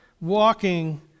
walking